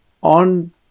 on